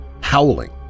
howling